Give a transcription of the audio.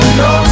no